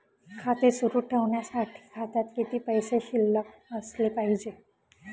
खाते सुरु ठेवण्यासाठी खात्यात किती पैसे शिल्लक असले पाहिजे?